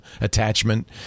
attachment